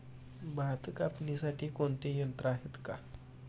भात कापणीसाठी कोणते यंत्र आहेत का?